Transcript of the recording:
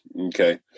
Okay